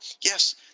Yes